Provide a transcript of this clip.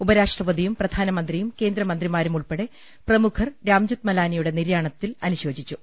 ഉപരാഷ്ട്രപതിയും പ്രധാനമന്ത്രിയും കേന്ദ്രമന്ത്രിമാരും ഉൾപ്പെടെ പ്രമുഖർ രാംജത്ത്മലാനിയുടെ നിര്യാണത്തിൽ അനുശോചിച്ചു